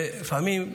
לפעמים,